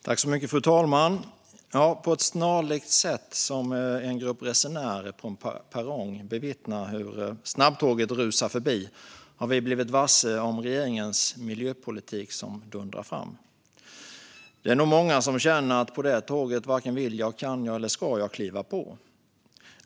Fru talman! På ett snarlikt sätt som när en grupp resenärer på en perrong bevittnar hur ett snabbtåg rusar förbi har vi blivit varse hur regeringens miljöpolitik dundrar fram. Det är nog många som känner att det där tåget varken vill, kan eller ska jag kliva på.